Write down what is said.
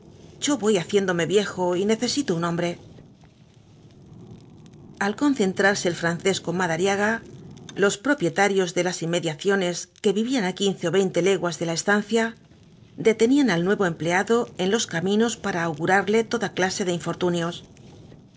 yo x'oy haciéndome viejo y necesito un hombre al concertarse el francés con madariaga los propietarios de las inmediaciones que vivían á quince ó veinte leguas de la estancia detenían al nuevo empleado en jos caminos para augurarle toda clase de infortunios